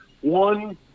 one